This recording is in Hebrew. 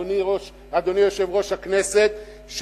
אדוני יושב-ראש הכנסת,